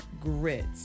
grits